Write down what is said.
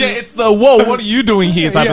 it's the, whoa, what are you doing here?